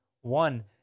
one